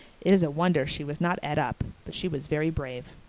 it was a wonder she was not et up but she was very brave.